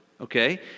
okay